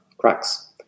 Cracks